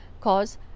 cause